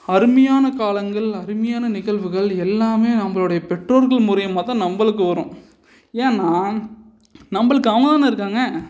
அருமையான காலங்கள் அருமையான நிகழ்வுகள் எல்லாமே நம்பளோடைய பெற்றோர்கள் மூலியமாக தான் நம்பளுக்கு வரும் ஏன்னா நம்பளுக்கு அவங்க தானே இருக்காங்க